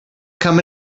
come